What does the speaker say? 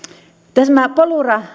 tässä polura